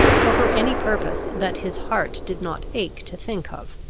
or for any purpose that his heart did not ache to think of.